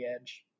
edge